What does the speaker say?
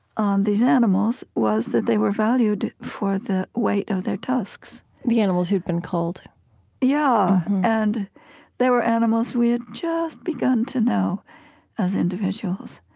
on these animals was that they were valued for the weight of their tusks the animals who'd been culled yeah. and they were animals we had just begun to know as individuals.